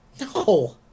No